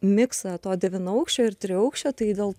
miksą to devynaukščio ir triaukščio tai dėl